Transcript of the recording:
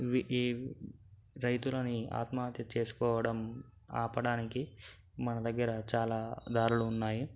వి ఇవి రైతులని ఆత్మహత్య చేసుకోవడం ఆపడానికి మన దగ్గర చాలా దారులు ఉన్నాయి